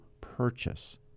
purchase